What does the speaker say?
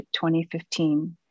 2015